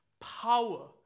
power